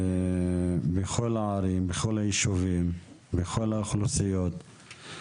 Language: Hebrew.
בכל הערים, בכל הישובים, בכל האוכלוסיות.